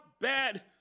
bad